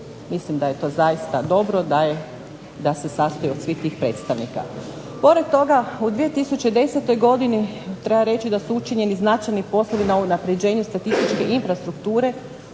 Mislim da je to zaista dobro da se sastoji od svih tih predstavnika. Pored toga u 2010. godini treba reći da su učinjeni značajni poslovi na unapređenju statističke infrastrukture,